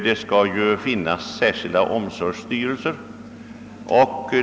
Det skall ju finnas särskilda omsorgsstyrelser.